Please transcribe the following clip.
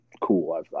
cool